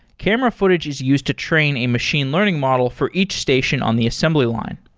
camera footage is used to train a machine learning model for each station on the assembly line.